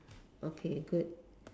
okay good